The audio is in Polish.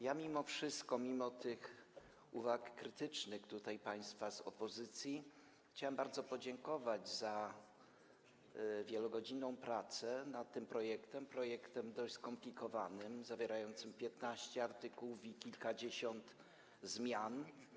Ja mimo wszystko, mimo tych uwag krytycznych państwa z opozycji, chciałem bardzo podziękować za wielogodzinną pracę nad tym projektem, projektem dość skomplikowanym, zawierającym 15 artykułów i kilkadziesiąt zmian.